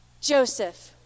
Joseph